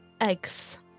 eggs